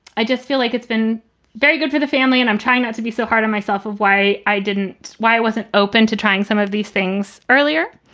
i just feel like it's been very good for the family. and i'm trying not to be so hard on myself of why i didn't why wasn't open to trying some of these things earlier.